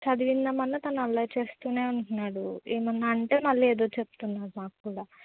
చదివిందామన్నా తను అల్లరి చేస్తూనే ఉంటున్నాడు ఏమన్నా అంటే మళ్ళీ ఎదురు చెప్తున్నాడు మాకు కుడా